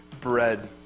bread